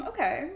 Okay